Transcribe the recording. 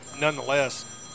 nonetheless